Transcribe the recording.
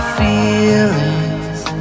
feelings